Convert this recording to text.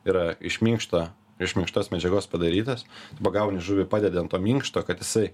yra iš minkšto iš minkštos medžiagos padarytas pagauni žuvį padedi ant to minkšto kad jisai